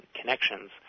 connections